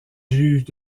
juges